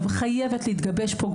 חייבת להתגבש פה,